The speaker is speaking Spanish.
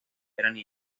cuando